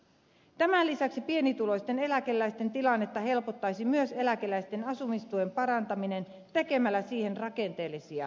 tämän lisäksi pienituloisten eläkeläisten tilannetta helpottaisi myös eläkeläisten asumistuen parantaminen niin että tehtäisiin siihen rakenteellisia muutoksia